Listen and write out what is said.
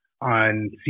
on